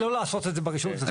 למי שלא היה בפרק הראשון,